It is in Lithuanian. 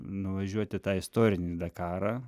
nuvažiuoti tą istorinį dakarą